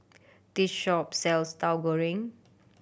this shop sells Tahu Goreng